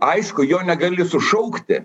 aišku jo negali sušaukti